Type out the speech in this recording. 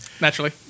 naturally